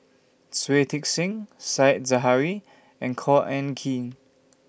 Shui Tit Sing Said Zahari and Khor Ean Ghee